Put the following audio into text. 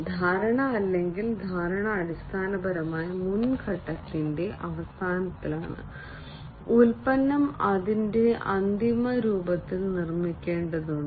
ധാരണ അല്ലെങ്കിൽ ധാരണ അടിസ്ഥാനപരമായി മുൻ ഘട്ടത്തിന്റെ അവസാനത്തിലാണ് ഉൽപ്പന്നം അതിന്റെ അന്തിമ രൂപത്തിൽ നിർമ്മിക്കേണ്ടതുണ്ട്